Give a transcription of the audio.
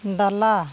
ᱰᱟᱞᱟ